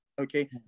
okay